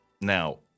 now